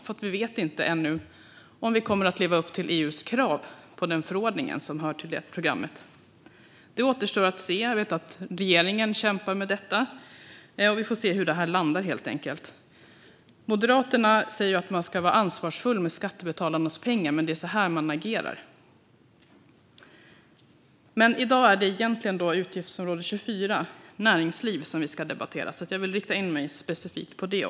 Vi vet nämligen inte ännu om vi kommer att leva upp till EU:s krav i den förordning som hör till det programmet. Det återstår att se. Jag vet att regeringen kämpar med det. Vi får helt enkelt se var det landar. Moderaterna säger att man ska vara ansvarsfull med skattebetalarnas pengar. Men det är så här man agerar. I dag är det egentligen utgiftsområde 24 Näringsliv som vi ska debattera. Jag vill därför rikta in mig specifikt på det.